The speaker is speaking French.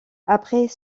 après